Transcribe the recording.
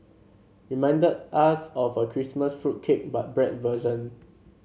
reminded us of a Christmas fruit cake but bread version